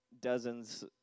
dozens